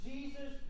Jesus